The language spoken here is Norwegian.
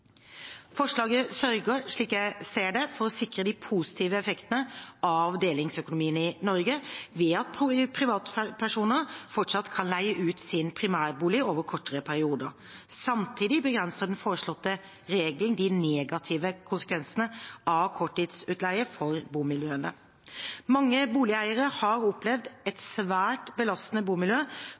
Forslaget sørger for, slik jeg ser det, å sikre de positive effektene av delingsøkonomien i Norge ved at privatpersoner fortsatt kan leie ut sin primærbolig over kortere perioder. Samtidig begrenser den foreslåtte regelen de negative konsekvensene av korttidsutleie for bomiljøene. Mange boligeiere har opplevd et svært belastende bomiljø